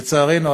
לצערנו,